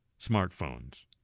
smartphones